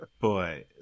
Boy